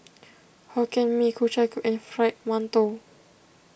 Hokkien Mee Ku Chai Ku and Fried Mantou